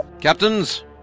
Captain's